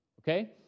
okay